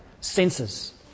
senses